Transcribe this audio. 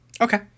Okay